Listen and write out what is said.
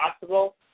possible